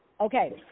Okay